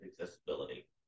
accessibility